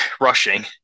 rushing